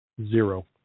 Zero